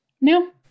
no